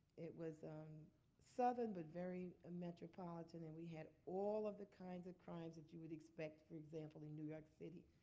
it was southern, but very ah metropolitan. and we had all of the kinds of crimes that you would expect, for example, in new york city,